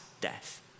death